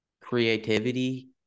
creativity